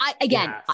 Again